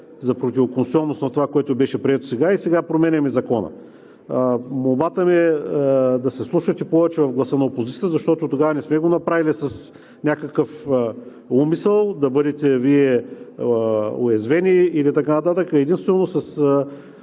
за противоконституционност на това, което беше прието сега, и сега променяме Закона. Молбата ми е да се вслушвате повече в гласа на опозицията, защото тогава не сме го направили с някакъв умисъл да бъдете Вие уязвени и така нататък, а единствено с